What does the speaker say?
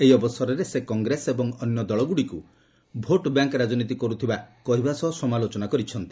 ଏହି ଅବସରରେ ସେ କଂଗ୍ରେସ ଏବଂ ଅନ୍ୟ ଦଳଗୁଡ଼ିକୁ ଭୋଟ୍ ବ୍ୟାଙ୍କ୍ ପଲିଟିକ୍ଟ କରୁଥିବା କହିବା ସହ ସମାଲୋଚନା କରିଛନ୍ତି